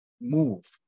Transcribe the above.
move